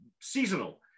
seasonal